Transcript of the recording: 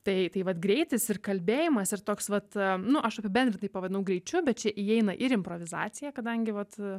tai tai vat greitis ir kalbėjimas ir toks vat nu aš apibendrintai pavadinau greičiu bet čia įeina ir improvizacija kadangi vat